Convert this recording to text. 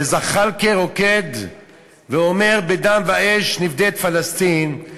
וזחאלקה רוקד ואומר: "בדם ואש נפדה את פלסטין".